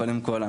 קודם כל,